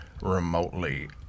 remotely